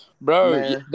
Bro